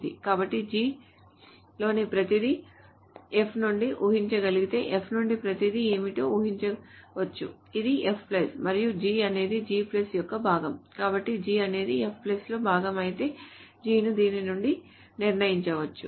కాబట్టి G లోని ప్రతిదీ F నుండి ఊహించగలిగితే F నుండి ప్రతిదీ ఏమిటో ఊహించవచ్చు ఇది F మరియు G అనేది G యొక్క భాగం కాబట్టి G అనేది F లో భాగం అయితే G ను దీని నుండి నిర్ణయించవచ్చు